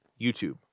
YouTube